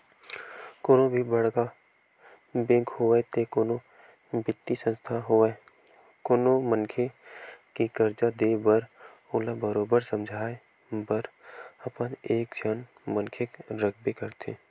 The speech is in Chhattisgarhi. कोनो भी बड़का बेंक होवय ते कोनो बित्तीय संस्था होवय कोनो मनखे के करजा देय बर ओला बरोबर समझाए बर अपन एक झन मनखे रखबे करथे